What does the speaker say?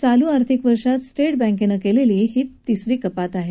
चालू आर्थिक वर्षात स्टेट बँकेनं केलेली ही तिसरी कपात आहे